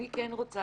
אני כן רוצה